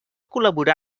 col·laborar